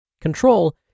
Control